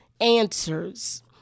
answers